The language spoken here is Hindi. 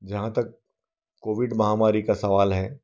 जहाँ तक कोविड महामारी का सवाल है